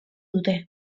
dute